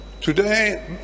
Today